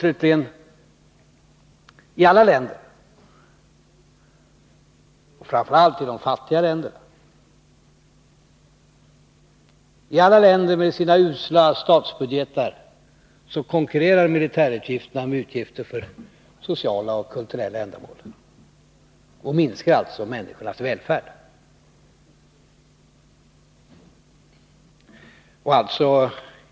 Slutligen: I alla länder, framför allt i de fattiga länderna med sina usla statsbudgetar, konkurrerar militärutgifterna med utgifterna för sociala och kulturella ändamål. De minskar alltså människornas välfärd.